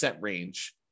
range